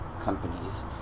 companies